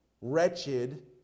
Wretched